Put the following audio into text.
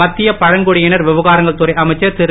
மத்திய பழங்குடியினர் விவகாரங்கள் துறை அமைச்சர் திரு